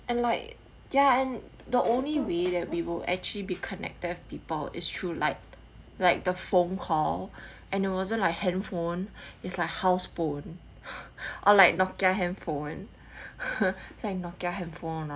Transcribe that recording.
and like ya and the only way that we will actually be connected with people is through like like the phone call and it wasn't like handphone it's like house phone or like nokia handphone like nokia handphone